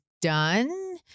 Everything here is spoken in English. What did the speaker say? done